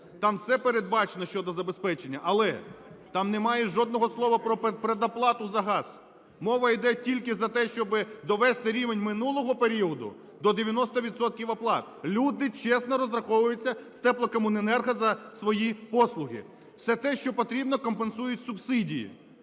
там все передбачено щодо забезпечення. Але там немає жодного слова про передплату за газ, мова йде тільки за те, щоби довести рівень минулого періоду до 90 відсотків оплат. Люди чесно розраховуються зтеплокомуненерго за свої послуги. Все те, що потрібно, компенсують субсидії.